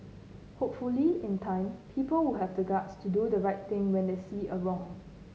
hopefully in time people will have the guts to do the right thing when they see a wrong